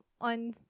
on